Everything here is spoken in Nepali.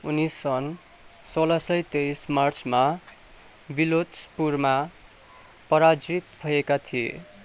उनी सन् सोह्र सय तेइस मार्चमा बिलोचपुरमा पराजित भएका थिए